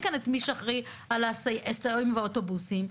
כאן את מי שאחראי על היסעים ואוטובוסים,